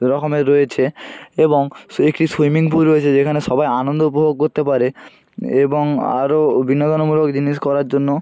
এরকমের রয়েছে এবং একটি সুইমিং পুল রয়েছে যেখানে সবাই আনন্দ উপভোগ করতে পারে এবং আরও বিনোদনমূলক জিনিস করার জন্য